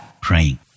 praying